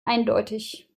eindeutig